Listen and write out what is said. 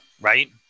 right